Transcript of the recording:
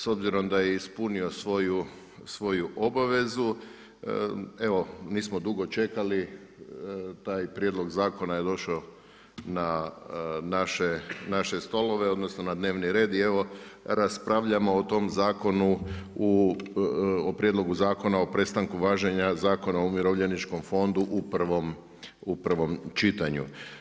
S obzirom da je ispunio svoju obavezu, evo, nismo dugo čekali, taj prijedlog zakona je došao na naše stolove odnosno, na dnevni red i raspravljamo o tom prijedlogu Zakona o prestanku važenja Zakona o umirovljeničkom fondu u prvom čitanju.